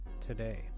today